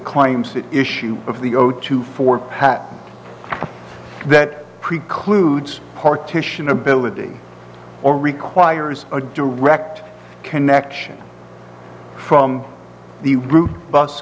claims that issue of the o two for pat that precludes partition ability or requires a direct connection from the root bus